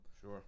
Sure